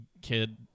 kid